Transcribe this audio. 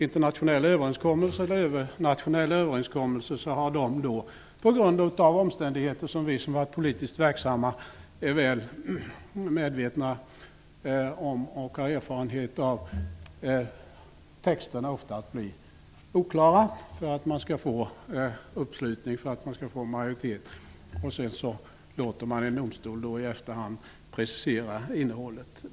Internationella och övernationella överenskommelser har, på grund av omständigheter som vi som har varit politiskt verksamma är väl medvetna om och har erfarenheter av, oftast oklara texter, för att kunna vinna en uppslutning från en majoritet, och i efterhand låter man en domstol precisera innehållet.